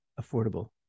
affordable